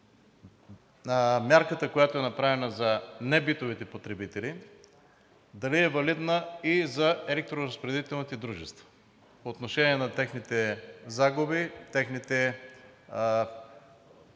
мярката, която е направена за небитовите потребители, дали е валидна и за електроразпределителните дружества по отношение на техните загуби, техните